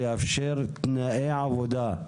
כדי לאפשר תנאי עבודה,